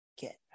get